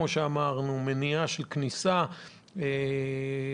כלומר מניעה של כניסה וכדומה,